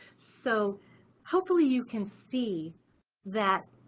so hopefully you can see that